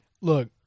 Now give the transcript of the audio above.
look